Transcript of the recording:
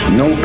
no